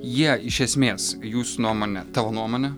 jie iš esmės jūsų nuomone tavo nuomone